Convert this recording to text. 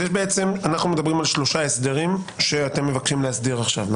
אנחנו מדברים על שלושה הסדרים שאתם מבקשים להסדיר עכשיו.